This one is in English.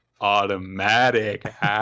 automatic